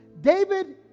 David